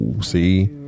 see